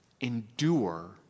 endure